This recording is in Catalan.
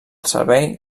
servei